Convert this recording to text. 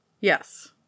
Yes